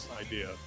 idea